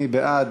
מי בעד?